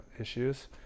issues